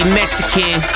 mexican